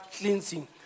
cleansing